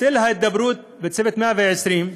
בצל ההידברות בצוות 120,